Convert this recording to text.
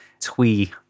twee